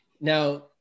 Now